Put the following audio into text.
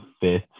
fifth